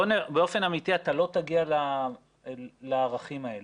באופן אמיתי אתה לא תגיע לערכים האלה.